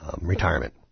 retirement